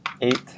Eight